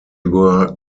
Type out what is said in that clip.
were